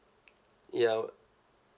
ya